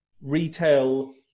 retail